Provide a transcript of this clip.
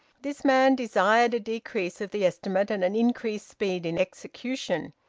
this man desired a decrease of the estimate and an increased speed in execution.